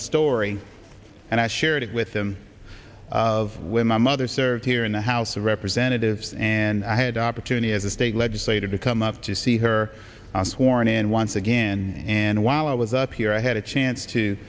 a story and i shared it with them of when my mother served here in the house of representatives and i had the opportunity as a state legislator to come up to see her sworn in once again and while i was up here i had a chance to